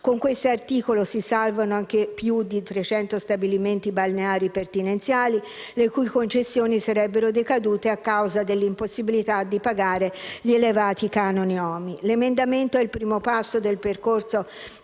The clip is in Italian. Con questo articolo si salvano anche più di 300 stabilimenti balneari pertinenziali, le cui concessioni sarebbero decadute a causa dell'impossibilità di pagare gli elevati canoni OMI. Il provvedimento è il primo passo del percorso